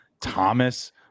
Thomas